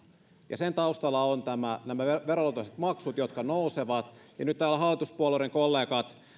ja sen taustalla ovat nämä veroluontoiset maksut jotka nousevat ja nyt täällä hallituspuolueiden kollegat